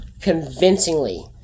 convincingly